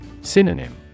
Synonym